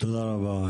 תודה רבה,